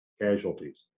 casualties